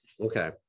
Okay